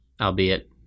albeit